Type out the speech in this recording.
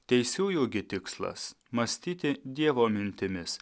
teisiųjų gi tikslas mąstyti dievo mintimis